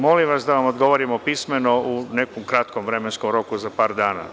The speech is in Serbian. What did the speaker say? Molim vas da vam odgovorim pismeno u nekom kratkom vremenskom roku, za par dana.